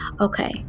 Okay